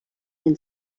and